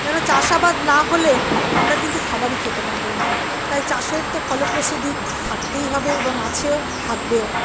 কারণ চাষাবাদ না হলে আমরা কিন্তু খাবারই খেতে পারবনা তাই চাষের তো ফলপ্রসূ দিক থাকতেই হবে এবং আছেও থাকবেও